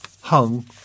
hung